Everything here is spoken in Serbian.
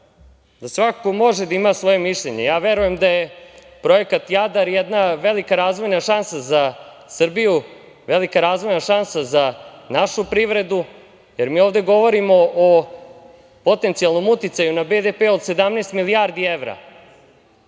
da svako može da ima svoje mišljenje. Ja verujem da je projekat "Jadar" jedna velika razvojna šansa za Srbiju, velika razvojna šansa za našu privredu, jer mi ovde govorimo o potencijalnom uticaju na BDP od 17 milijardi evra,